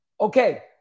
Okay